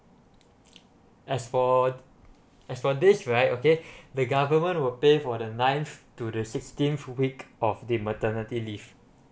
as for as for this right okay the government will pay for the ninth to the sixteen full week of the maternity leave